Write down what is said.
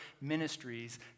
ministries